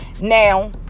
Now